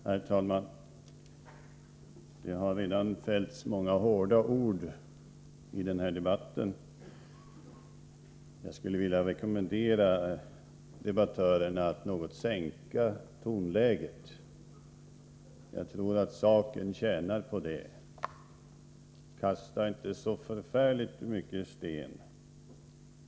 Herr talman! Det har redan fällts många hårda ord i den här debatten. Jag skulle vilja rekommendera debattörerna att sänka tonläget något. Jag tror att saken tjänar på det. Kasta inte så förfärligt mycket sten!